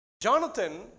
Jonathan